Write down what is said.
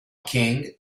king